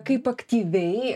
kaip aktyviai